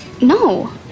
No